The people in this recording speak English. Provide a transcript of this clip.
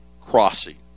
crossing